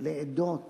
לעדות